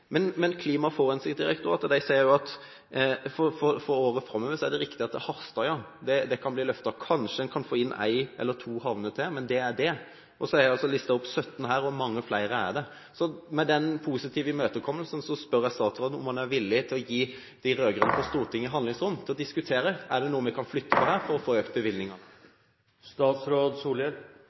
Men Klima- og forurensningsdirektoratet sier også at for årene framover er det viktig at Harstad blir løftet. Kanskje en kan få inn én eller to havner til, men det er det. Det er listet opp 17 her, og mange flere er det. Med den positive imøtekommelsen spør jeg statsråden om han er villig til å gi de rød-grønne på Stortinget handlingsrom til å diskutere om det er noe vi kan flytte på her for å få økt